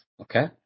Okay